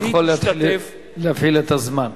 אני יכול להתחיל להפעיל את הזמן.